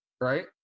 right